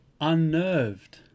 unnerved